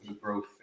growth